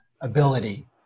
ability